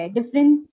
Different